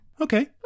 Okay